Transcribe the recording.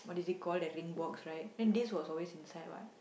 what is it called that ring box right then this was always inside what